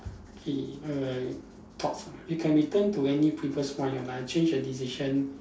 K err thoughts you can return to any previous point in life change a decision